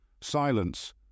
Silence